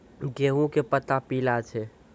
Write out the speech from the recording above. गेहूँ के पत्ता पीला छै?